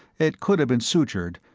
it could have been sutured,